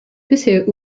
bisher